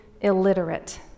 illiterate